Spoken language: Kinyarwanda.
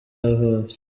yavutse